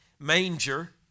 manger